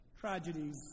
Tragedies